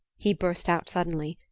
he burst out suddenly,